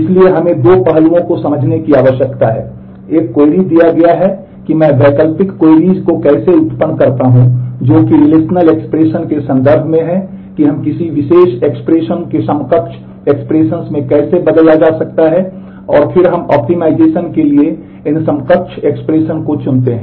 इसलिए हमें दो पहलुओं को समझने की आवश्यकता है एक क्वेरी को चुनते हैं